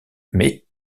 mais